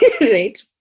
right